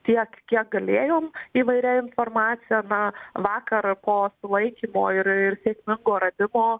tiek kiek galėjom įvairia informacija na vakarą po sulaikymo ir ir sėkmingo radimo